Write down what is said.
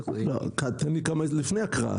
לא, תן לי כמה הסברים לפני ההקראה.